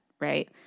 right